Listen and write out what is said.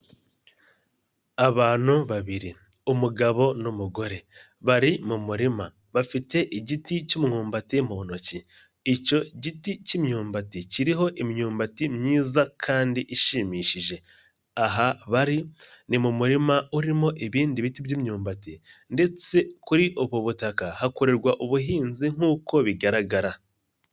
Abantu babiri umugabo n'umugore bari mu murima bafite igiti cy'imyumbati mu ntoki, icyo giti cy'imyumbati kiriho imyumbati myiza kandi ishimishije, aha bari ni mu murima urimo ibindi biti by'imyumbati ndetse kuri ubu butaka hakorerwa ubuhinzi nk'uko bigaragara.